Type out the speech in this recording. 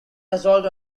assault